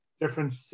different